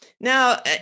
Now